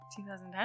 2010